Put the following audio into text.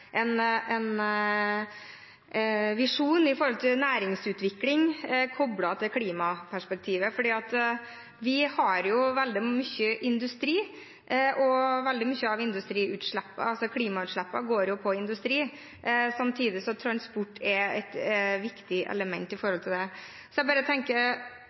gjelder en visjon for næringsutvikling koblet til klimaperspektivet. Vi har veldig mye industri, og veldig mye av klimagassutslippene går jo på industri, samtidig som transport er et viktig element i det. Jeg bare tenker: